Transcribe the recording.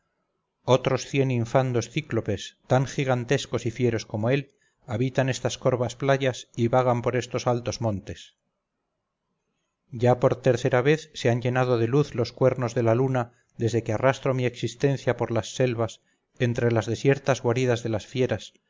otros cien infandos cíclopes tan gigantescos y fieros como él habitan estas corvas playas y vagan por estos altos montes ya por tercera vez se han llenado de luz los cuernos de la luna desde que arrastro mi existencia por las selvas entre las desiertas guaridas de las fieras